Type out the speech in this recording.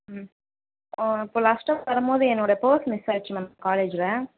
ம் இப்போ லாஸ்ட்டாக வரம்போது என்னோட பேர்ஸ் மிஸ் ஆயிடுச்சு மேம் காலேஜில்